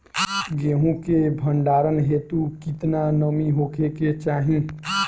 गेहूं के भंडारन हेतू कितना नमी होखे के चाहि?